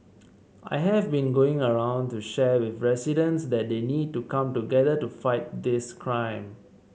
I have been going around to share with residents that they need to come together to fight this crime